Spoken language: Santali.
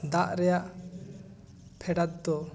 ᱫᱟᱜ ᱨᱮᱭᱟᱜ ᱯᱷᱮᱰᱟᱛ ᱫᱚ